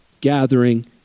gathering